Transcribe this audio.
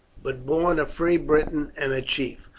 but born a free briton and a chief.